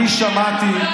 אל תגני עליו.